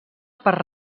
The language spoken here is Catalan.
per